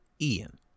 Ian